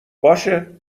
باشه